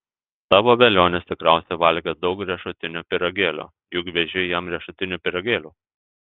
tavo velionis tikriausiai valgė daug riešutinių pyragėlių juk veži jam riešutinių pyragėlių